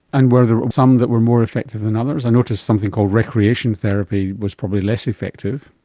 and were there some that were more effective than others? i noticed something called recreation therapy was probably less effective.